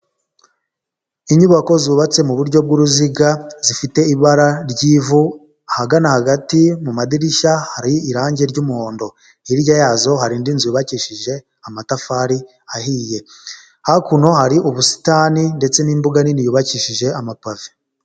Inyubako zubatse mu buryo bw'uruziga zifite ibara ry'ivu ahagana hagati mu madirishya hari irange ry'umuhondo, hirya yazo hari indi nzu yubakishije amatafari ahiye, hakuno hari ubusitani ndetse n'imbuga nini yubakishije amapave.